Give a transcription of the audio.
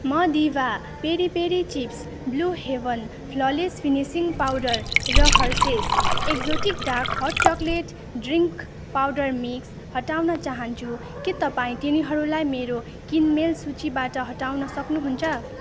म Diva peri peri chips Blue Heaven flawless finishing powder र Hershey's exotic dark hot chocolate drink powder mix हटाउन चाहन्छु के तपाईँ तिनीहरूलाई मेरो किनमेल सूचीबाट हटाउन सक्नुहुन्छ